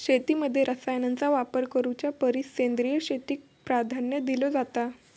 शेतीमध्ये रसायनांचा वापर करुच्या परिस सेंद्रिय शेतीक प्राधान्य दिलो जाता